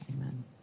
Amen